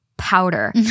powder